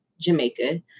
Jamaica